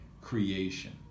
creation